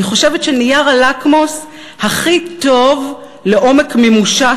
אני חושבת שנייר הלקמוס הכי טוב לעומק מימושה